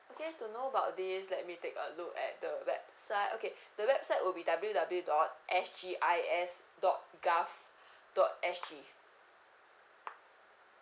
okay to know about this let me take a look at the website okay the website would be W W dot S G I S dot gov dot S G